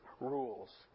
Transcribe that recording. rules